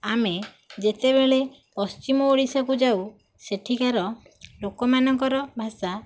ଆମେ ଯେତେବେଳେ ପଶ୍ଚିମ ଓଡ଼ିଶାକୁ ଯାଉ ସେଠିକାର ଲୋକମାନଙ୍କର ଭାଷା